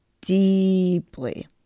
deeply